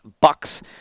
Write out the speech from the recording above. Bucks